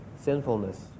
sinfulness